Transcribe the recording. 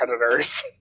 predators